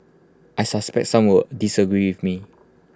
I suspect some will disagree with me